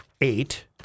eight